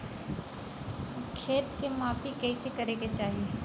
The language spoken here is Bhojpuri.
खेत के माफ़ी कईसे करें के चाही?